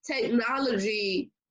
technology